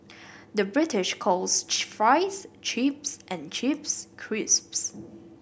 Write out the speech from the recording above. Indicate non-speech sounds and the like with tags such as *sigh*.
the British calls *unintelligible* fries chips and chips crisps